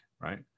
right